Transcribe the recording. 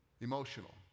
emotional